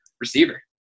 receiver